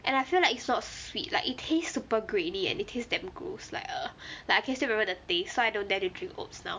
and I feel like it's not sweet like it taste super grainy and it tastes damn gross like err like I can still remember the taste so I don't dare to drink oats now